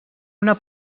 una